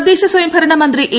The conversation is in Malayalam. തദ്ദേശസ്വയംഭരണ മന്ത്രി എ